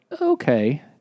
okay